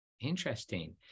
Interesting